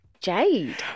jade